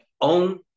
own